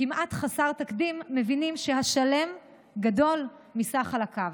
כמעט חסר תקדים, מבינים שהשלם גדול מסך חלקיו.